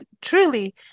truly